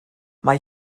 mae